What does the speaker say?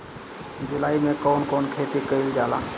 जुलाई मे कउन कउन खेती कईल जाला?